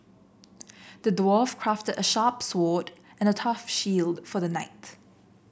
the dwarf crafted a sharp sword and a tough shield for the knight